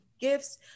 Gifts